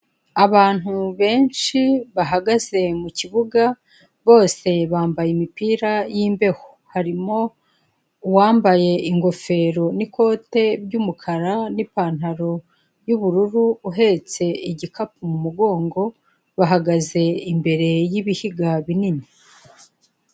Abantu benshi bahagaze mu kibuga bose bambaye imipira y'imbeho, harimo uwambaye ingofero n'ikote ry'umukara n'ipantaro y'ubururu uhetse igikapu mu mugongo, bahagaze imbere y'ibihiga binini.